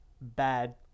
bad